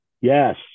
Yes